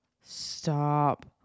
stop